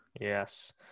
Yes